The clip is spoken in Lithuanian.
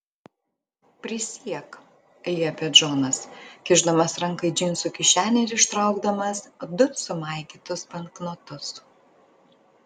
prisiek liepė džonas kišdamas ranką į džinsų kišenę ir ištraukdamas du sumaigytus banknotus